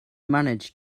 manage